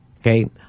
okay